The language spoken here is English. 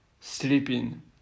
sleeping